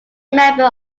member